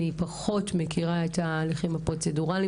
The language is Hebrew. אני פחות מכירה את ההליכים הפרוצדורליים,